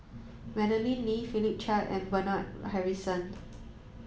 Madeleine Lee Philip Chia and Bernard Harrison